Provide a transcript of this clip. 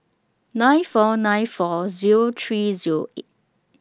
nine four nine four Zero three Zero eight